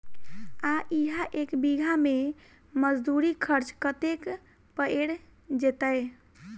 आ इहा एक बीघा मे मजदूरी खर्च कतेक पएर जेतय?